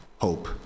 hope